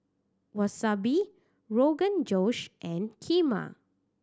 Wasabi Rogan Josh and Kheema